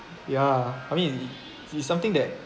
ya I mean it it it's something that